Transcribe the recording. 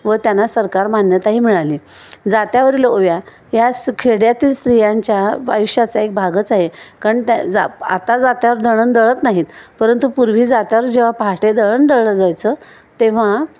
व त्यांना सरकार मान्यताही मिळाली जात्यावरील ओव्या या खेड्यातील स्त्रियांच्या आयुष्याचा एक भागच आहे कारण त्या आता जात्यावर दळन दळत नाहीत परंतु पूर्वी जात्यावर जेव्हा पाहाटे दळन दळल जायचं तेव्हा